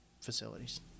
facilities